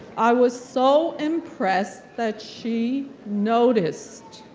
i was so impressed that she noticed.